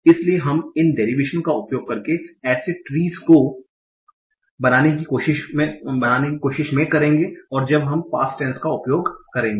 इसलिए हम इन डेरिवेशन का उपयोग करके ऐसे ट्रीस को बनाने की कोशिश में करेंगे और जब हम पास्ट टैन्स का उपयोग करेगे